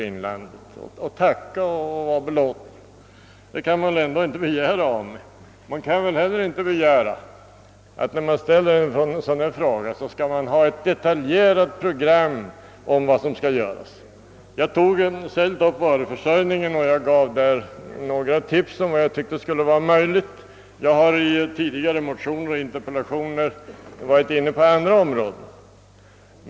Man kan väl inte heller begära att en ledamot, som ställer en fråga av detta slag, skall redovisa ett detaljerat program över vad som skall göras. Jag har i detta sammanhang tagit upp varuförsörjningen och givit några tips om åtgärder som skulle kunna genomföras, och jag har i tidigare motioner och interpellationer berört andra områden.